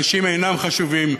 אנשים אינם חשובים,